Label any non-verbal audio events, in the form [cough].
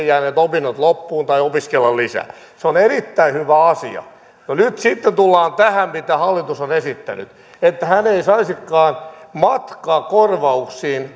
[unintelligible] jääneet opinnot loppuun tai opiskella lisää se on erittäin hyvä asia nyt sitten tullaan tähän mitä hallitus on esittänyt että hän ei saisikaan matkakorvauksia [unintelligible]